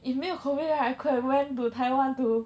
if 没有 COVID right I could've went to taiwan to